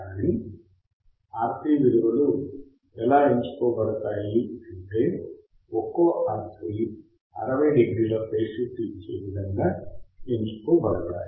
కానీ RC విలువలు ఎలా ఎంచుకోబడతాయి అంటే ఒక్కో RC 60 డిగ్రీ ల ఫేజ్ షిఫ్ట్ ఇచ్చే విధముగా ఎంచుకోబడతాయి